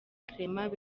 clement